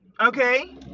okay